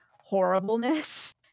horribleness